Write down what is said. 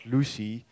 Lucy